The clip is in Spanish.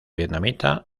vietnamita